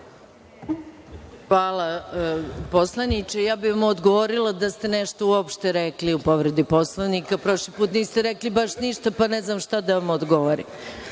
Hvala, poslaniče. Ja bih vam odgovorila da ste nešto uopšte rekli u povredi Poslovnika. Prošli put niste rekli baš ništa, pa ne znam šta da vam odgovorim,